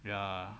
ya